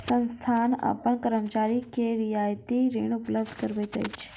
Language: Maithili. संस्थान अपन कर्मचारी के रियायती ऋण उपलब्ध करबैत अछि